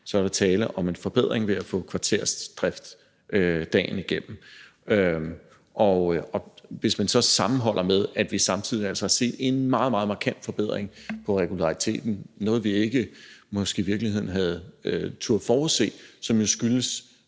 er der tale om en forbedring ved at få kvartersdrift dagen igennem. Man kan så sammenholde det med, at vi altså samtidig har set en meget, meget markant forbedring på regulariteten, noget, vi måske i virkeligheden ikke havde turdet forudse, men som jo først